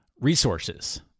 resources